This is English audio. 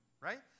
right